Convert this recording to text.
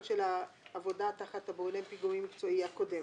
העבודה תחת בונה הפיגומים המקצועי הקודם: